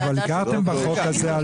אבל הכרתם בחוק הזה על